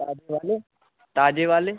ताजे वाले ताजे वाले